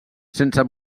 sense